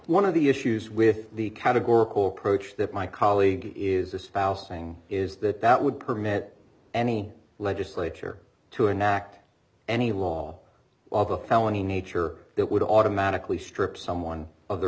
one of the issues with the categorical approach that my colleague is espousing is that that would permit any legislature to enact any law of a felony nature that would automatically strip someone of the